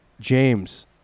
James